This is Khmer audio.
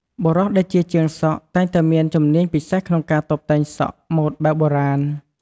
បុរសដែលជាជាងសក់ តែងតែមានជំនាញពិសេសក្នុងការតុបតែងសក់ម៉ូតបែបបុរាណ។